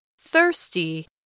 thirsty